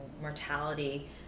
mortality